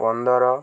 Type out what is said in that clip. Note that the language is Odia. ପନ୍ଦର